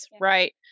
right